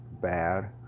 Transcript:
bad